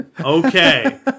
Okay